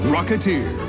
Rocketeer